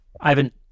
Ivan